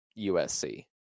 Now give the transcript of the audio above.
USC